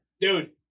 Dude